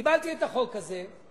קיבלתי את החוק הזה,